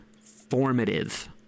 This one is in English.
formative